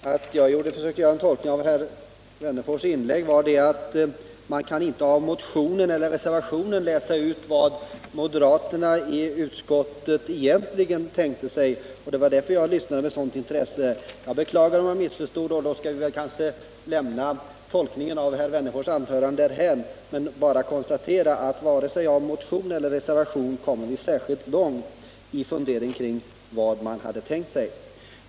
Herr talman! Att jag försökte göra en tolkning av herr Wennerfors inlägg beror på att man inte av motionen eller reservationen kan läsa ut vad moderaterna i utskottet egentligen tänkte sig. Det var därför jag lyssnade med sådant intresse till herr Wennerfors, men jag beklagar om jag missförstod honom. Då kan vi kanske lämna tolkningen av herr Wennerfors anförande därhän. Jag konstaterar bara att varken motionen eller reservationen hjälper en särskilt långt när man försöker fundera ut vad moderaterna tänkt sig.